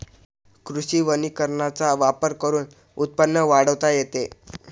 कृषी वनीकरणाचा वापर करून उत्पन्न वाढवता येते